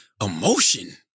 emotion